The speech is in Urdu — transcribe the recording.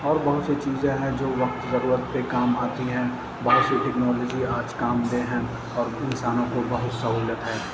اور بہت سی چیزیں ہیں جو وقت ضرورت پہ کام آتی ہیں بہت سی ٹیکنالوجی آج کام دہ ہیں اور انسانوں کو بہت سہولت ہے